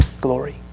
glory